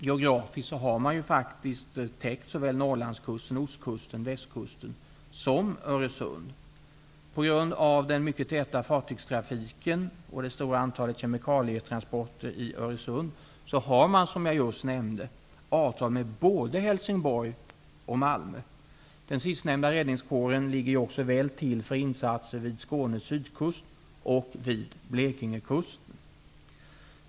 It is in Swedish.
Geografiskt har man faktiskt täckt såväl På grund av den mycket täta fartygstrafiken och det stora antalet kemikalietransporter i Öresund är avtal upprättade med både Helsingborg och Malmö. Räddningskåren i Malmö ligger också väl till med tanke på insatser vid Skånes sydkust och vid Blekingekusten.